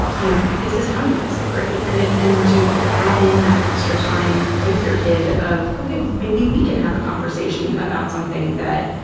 you know, this is how you disagree and it and to add in that extra time with your kid of, okay, maybe we can have a conversation about something that,